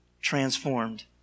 transformed